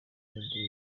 melodie